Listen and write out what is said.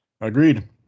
agreed